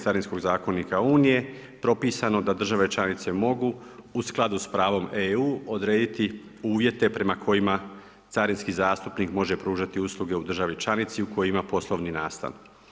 Carinskog zakonika Unije propisano da države članice mogu u skladu s pravom EU odrediti uvjete prema kojima carinski zastupnik može pružati usluge u državi članici u kojoj ima poslovni nastan.